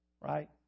right